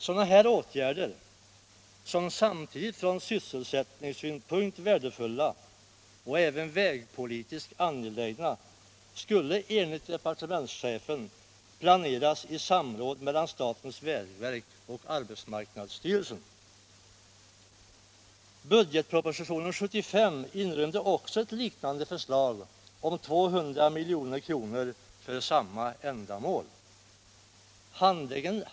Sådana åtgärder, som samtidigt var från sysselsättningssynpunkt vär — Nr 138 defulla och vägpolitiskt angelägna, skulle enligt departementschefen planeras i samråd mellan statens vägverk och arbetsmarknadsstyrelsen. Budgetpropositionen 1975 inrymde ett liknande förslag om 200 milj. = kr. för samma ändamål.